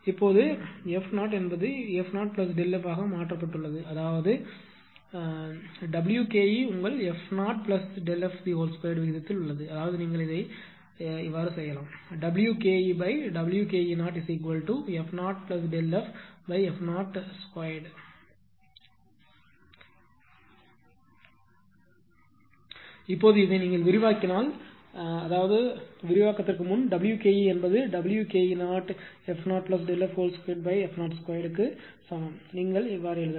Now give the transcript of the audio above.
இப்போது f0f0Δf ஆக மாற்றப்பட்டுள்ளது அதாவது என் W ke உங்கள் f0Δf2 விகிதத்தில் உள்ளது அதாவது நீங்கள் இதை இப்படி செய்தால் WkeWke0f0Δf2f02 இப்போது இதை விரிவாக்கினால் இதை விரிவாக்கினால் அதாவது விரிவாக்கத்திற்கு முன் W ke என்பது Wke0f0Δf2f02 க்கு சமமாக நீங்கள் எழுதலாம்